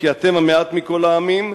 כי אתם המעט מכל העמים,